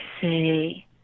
say